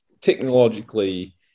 technologically